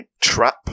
trap